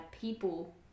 people